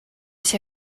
się